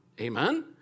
Amen